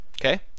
Okay